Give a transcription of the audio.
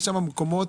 יש מקומות,